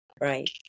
Right